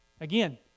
again